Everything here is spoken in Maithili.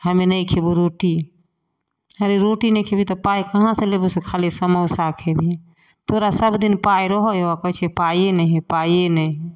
हमे नहि खेबौ रोटी हरै रोटी नहि खेबही तऽ पाइ कहाँ से लेबौ से खाली समौसा खेबही तोरा सब दिन पाइ रहै हौ कहै छें पाइये नहि है पाइये नहि है